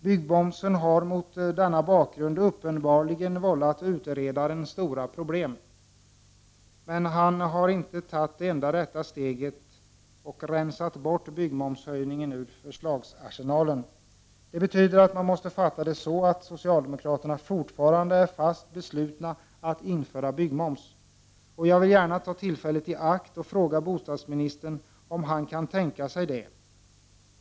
Byggmomsen har mot denna bakgrund uppenbarligen vållat utredaren stora problem. Men han har inte tagit det enda rätta steget och rensat bort höjningen av byggmomsen ur förslagsarsenalen. Det betyder att man måste fatta det så att socialdemokraterna fortfarande är fast beslutna att införa byggmoms. Och jag vill gärna ta tillfället i akt att fråga bostadsministern om han kan tänka sig det.